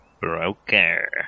Broker